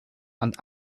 and